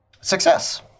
Success